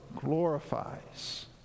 glorifies